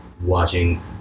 watching